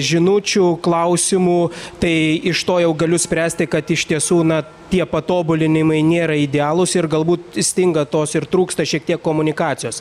žinučių klausimų tai iš to jau galiu spręsti kad iš tiesų na tie patobulinimai nėra idealūs ir galbū stinga tos ir trūksta šiek tiek komunikacijos